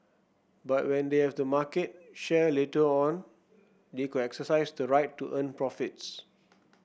but when they have the market share later on they could exercise the right to earn profits